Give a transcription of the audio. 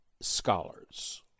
scholars